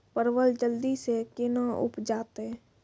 परवल जल्दी से के ना उपजाते?